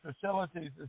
facilities